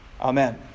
Amen